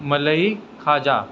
मलई खाजा